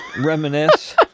Reminisce